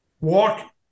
walk